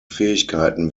fähigkeiten